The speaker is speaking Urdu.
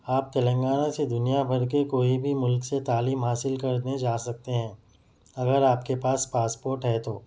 آپ تلنگانہ سے دنیا بھر کے کوئی بھی ملک سے تعلیم حاصل کرنے جا سکتے ہیں اگر آپ کے پاس پاسپورٹ ہے تو